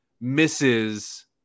misses